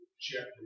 chapter